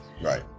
right